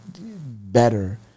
better